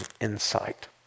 insight